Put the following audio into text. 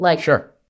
Sure